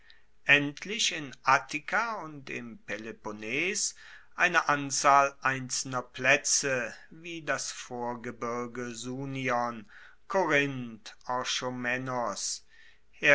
endlich in attika und im peloponnes eine anzahl einzelner plaetze wie das vorgebirge sunion korinth